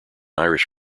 irish